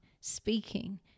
speaking